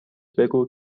بگو